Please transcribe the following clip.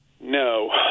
no